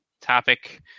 topic